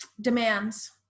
demands